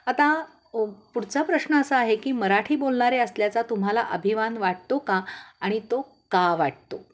आता पुढचा प्रश्न असा आहे की मराठी बोलणारे असल्याचा तुम्हाला अभिमान वाटतो का आणि तो का वाटतो